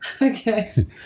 Okay